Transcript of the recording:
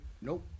Nope